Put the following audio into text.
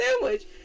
sandwich